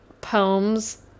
poems